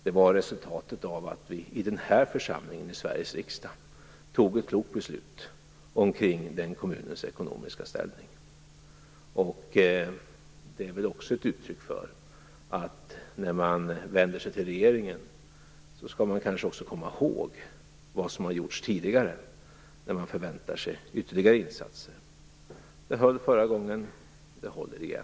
Det var resultatet av att vi i denna församling - i Sveriges riksdag - fattade ett klokt beslut omkring den kommunens ekonomiska ställning. När man vänder sig till regeringen och förväntar sig ytterligare insatser skall man komma ihåg vad som har gjorts tidigare. Det höll förra gången. Det håller igen.